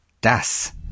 das